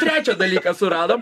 trečią dalyką suradom